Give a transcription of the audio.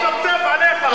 אני מצפצף עליך.